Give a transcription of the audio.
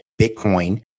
Bitcoin